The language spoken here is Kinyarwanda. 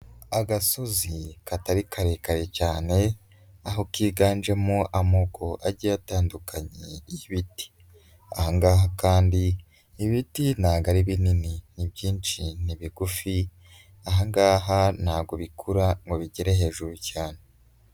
Agasozi katari karekare cyane, aho kiganjemo amoko agiye atandukanye y'ibiti. Aha ngaha kandi ibiti ntago ari binini, ni byinshi, ni bigufi, aha ngaha ntago bikura ngo bigere hejuru cyane.